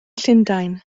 llundain